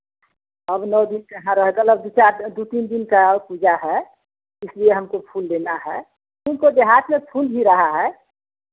अब नौ दिन कहाँ रह गएल दो चार दिन दो तीन दिन का और पूजा है इसलिए हमको फूल लेना है तुमको देहात में फूल रहा है